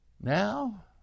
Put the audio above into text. Now